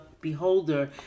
beholder